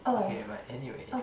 okay but anyway